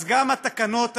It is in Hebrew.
אז גם התקנות האלה,